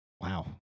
Wow